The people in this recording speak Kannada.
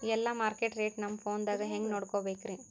ಎಲ್ಲಾ ಮಾರ್ಕಿಟ ರೇಟ್ ನಮ್ ಫೋನದಾಗ ಹೆಂಗ ನೋಡಕೋಬೇಕ್ರಿ?